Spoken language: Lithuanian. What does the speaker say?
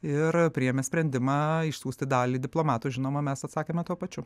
ir priėmė sprendimą išsiųsti dalį diplomatų žinoma mes atsakėme tuo pačiu